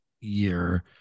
year